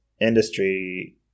industry